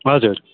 हजुर